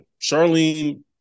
Charlene